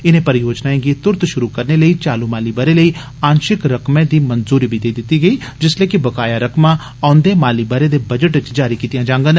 इनें परियोजनाएं गी तुरत षुरु करने लेई चालू माली बरे लेई आंषिक रकमै दी मंजूरी बी देई दिती गेई जिस्सलै कि बकाया रकमां औंदे माली बरे दे बजट च जारी कीतियां जांगन